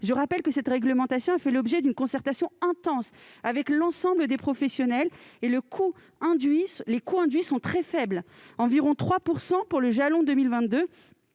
Je rappelle que cette réglementation a fait l'objet d'une concertation intense avec l'ensemble des professionnels. Les coûts induits sont très faibles : environ 3 % pour le jalon 2022.